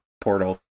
portal